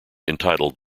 entitled